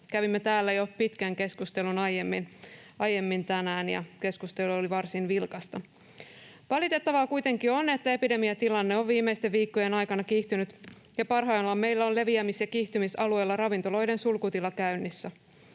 Kävimme täällä jo pitkän keskustelun aiemmin tänään, ja keskustelu oli varsin vilkasta. Valitettavaa kuitenkin on, että epidemiatilanne on viimeisten viikkojen aikana kiihtynyt, ja parhaillaan meillä on leviämis- ja kiihtymisalueilla ravintoloiden sulkutila käynnissä.